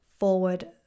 forward